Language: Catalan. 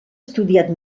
estudiat